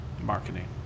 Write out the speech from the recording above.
marketing